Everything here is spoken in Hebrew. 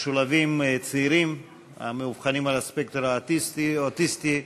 משולבים צעירים המאובחנים על הספקטרום האוטיסטי,